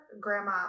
grandma